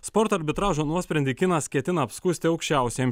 sporto arbitražo nuosprendį kinas ketina apskųsti aukščiausiajam